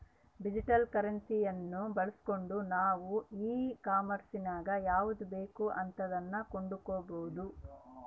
digital ಕರೆನ್ಸಿಯನ್ನ ಬಳಸ್ಗಂಡು ನಾವು ಈ ಕಾಂಮೆರ್ಸಿನಗ ಯಾವುದು ಬೇಕೋ ಅಂತದನ್ನ ಕೊಂಡಕಬೊದು